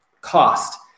cost